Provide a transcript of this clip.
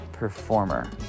Performer